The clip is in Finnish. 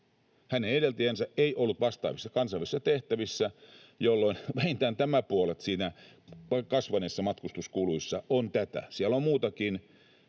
Hänen edeltäjänsä ei ollut vastaavissa kansainvälisissä tehtävissä, jolloin vähintään tämä puolet siinä kasvaneissa matkustuskuluissa on tätä. Siellä on muutakin